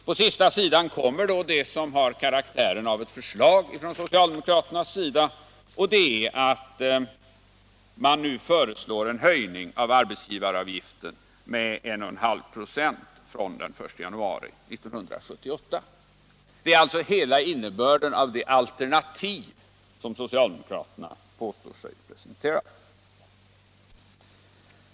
På sista sidan kommer det som har karaktären av ett förslag från socialdemokraterna, och det är att man nu föreslår en höjning av arbetsgivaravgiften med 1,5 26 från den I januari 1978. Det är alltså hela innebörden av det alternativ som socialdemokraterna påstår sig presentera.